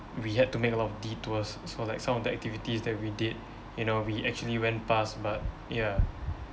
we had to make a lot of detours so like some of the activities that we did you know we actually went past but ya